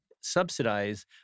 subsidize